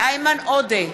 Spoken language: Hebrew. איימן עודה,